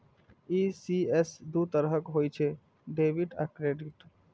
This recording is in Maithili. ई.सी.एस दू तरहक होइ छै, डेबिट आ क्रेडिट